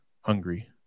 hungry